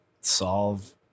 solve